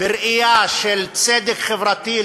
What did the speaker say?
בציבור הסטודנטים בראייה של צדק חברתי,